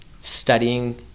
studying